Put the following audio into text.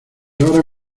ahora